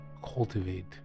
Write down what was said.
cultivate